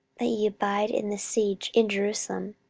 that ye abide in the siege in jerusalem?